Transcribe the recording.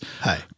Hi